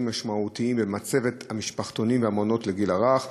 משמעותיים ומצבת המשפחתונים והמעונות לגיל הרך.